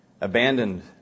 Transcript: abandoned